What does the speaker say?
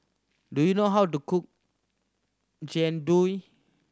do you know how to cook Jian Dui